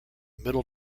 middle